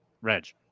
Reg